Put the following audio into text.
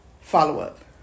follow-up